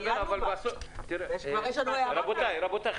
כבר יש לנו הערות עליה.